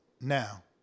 now